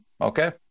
okay